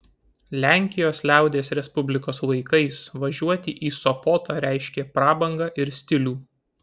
lenkijos liaudies respublikos laikais važiuoti į sopotą reiškė prabangą ir stilių